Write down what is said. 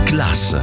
Class